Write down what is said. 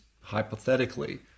hypothetically